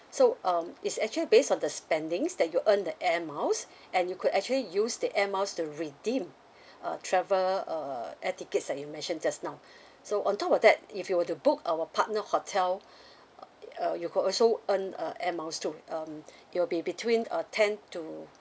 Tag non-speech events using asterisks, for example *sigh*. so um it's actually based on the spendings that you earn the air miles and you could actually use the air miles to redeem *breath* uh travel uh air tickets that you mentioned just now *breath* so on top of that if you were to book our partnered hotel *breath* uh you could also earn uh air miles to it um *breath* it'll be between a ten to